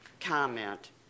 comment